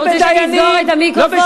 לא בדיינים, תודה, חבר הכנסת גפני.